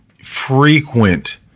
frequent